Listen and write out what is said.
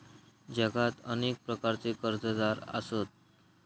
जगात अनेक प्रकारचे कर्जदार आसत